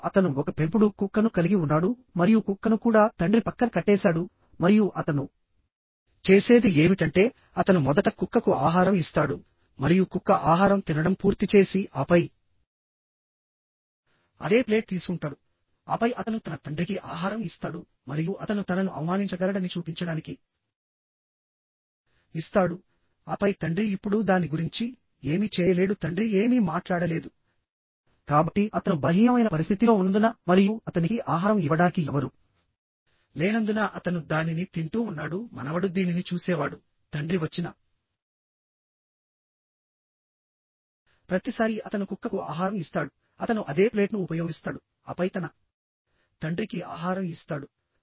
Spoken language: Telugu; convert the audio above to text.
మరియు అతను ఒక పెంపుడు కుక్కను కలిగి ఉన్నాడు మరియు కుక్కను కూడా తండ్రి పక్కన కట్టేశాడు మరియు అతను చేసేది ఏమిటంటే అతను మొదట కుక్కకు ఆహారం ఇస్తాడు మరియు కుక్క ఆహారం తినడం పూర్తి చేసి ఆపై అదే ప్లేట్ తీసుకుంటాడు ఆపై అతను తన తండ్రికి ఆహారం ఇస్తాడు మరియు అతను తనను అవమానించగలడని చూపించడానికి ఇస్తాడు ఆపై తండ్రి ఇప్పుడు దాని గురించి ఏమీ చేయలేడు తండ్రి ఏమీ మాట్లాడలేదు కాబట్టి అతను బలహీనమైన పరిస్థితిలో ఉన్నందున మరియు అతనికి ఆహారం ఇవ్వడానికి ఎవరూ లేనందున అతను దానిని తింటూ ఉన్నాడు మనవడు దీనిని చూసేవాడు తండ్రి వచ్చిన ప్రతిసారీ అతను కుక్కకు ఆహారం ఇస్తాడు అతను అదే ప్లేట్ను ఉపయోగిస్తాడు ఆపై తన తండ్రికి ఆహారం ఇస్తాడు